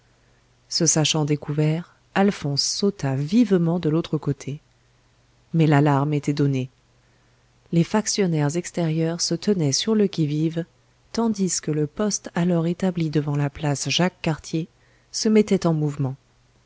se sachant découvert alphonse sauta vivement de l'autre côté mais l'alarme était donnée les factionnaires extérieurs se tenaient sur le qui vive tandis que le poste alors établi devant la place jacques cartier se mettait en mouvement